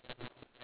ya